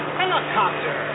helicopter